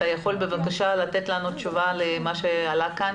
אתה יכול לתת לנו תשובה למה שעלה כאן?